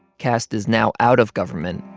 kaste is now out of government,